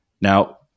Now